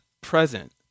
present